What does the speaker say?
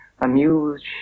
amused